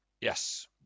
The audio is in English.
Yes